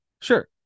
Sure